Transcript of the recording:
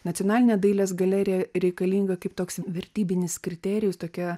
nacionalinė dailės galerija reikalinga kaip toks vertybinis kriterijus tokia